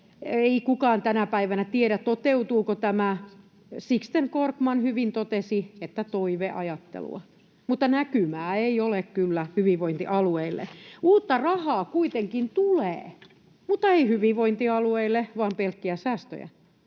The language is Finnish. Ei kukaan tänä päivänä tiedä, toteutuuko tämä. Sixten Korkman hyvin totesi, että toiveajattelua, mutta näkymää ei ole kyllä hyvinvointialueille. Uutta rahaa kuitenkin tulee, mutta ei hyvinvointialueille, vaan pelkkiä säästöjä.